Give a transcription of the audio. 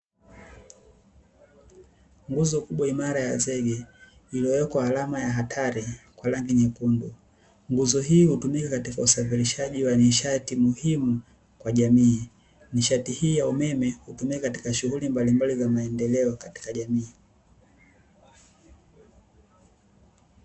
Nguzo kubwa imara ya zege iliyowekwa alama ya hatari kwa rangi nyekundu. Nguzo hii hutumika katika usafirishaji wa nishati muhimu kwa jamii. Nishati hii ya umeme hutumika katika shughuli mbalimbali za maendeleo katika jamii.